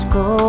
go